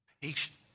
patience